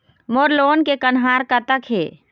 मोर loan के कन्हार कतक हे?